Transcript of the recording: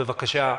בבקשה,